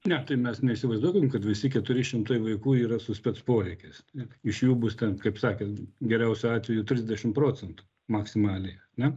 ne tai mes neįsivaizduokim kad visi keturi šimtai vaikų yra su spec poreikis ir iš jų bus ten kaip sakan geriausiu atveju trisdešim procentų maksimaliai ane